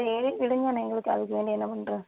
சரி விடுங்க எங்களுக்கு அதுக்கு வேண்டி என்ன பண்ணுறது